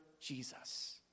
Jesus